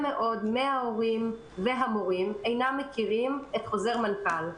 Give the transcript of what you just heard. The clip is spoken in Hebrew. מאוד מן ההורים והמורים אינם מכירים את חוזר המנכ"ל.